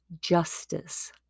justice